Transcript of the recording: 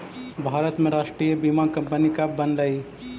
भारत में राष्ट्रीय बीमा कंपनी कब बनलइ?